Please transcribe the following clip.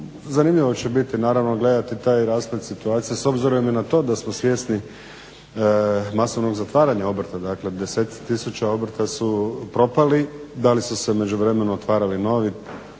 zanimljivo će biti naravno gledati taj rasplet situacije s obzirom i na to da smo svjesni masovnog zatvaranja obrta. Dakle, deseci tisuća obrta su propali, da li su se u međuvremenu otvarali novi, ti